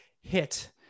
hit